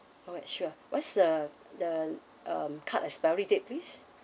alright sure what's uh the um card expiry date please